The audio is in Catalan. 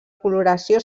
coloració